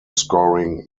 scoring